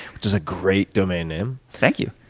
which is a great domain name. thank you.